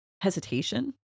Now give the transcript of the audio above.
hesitation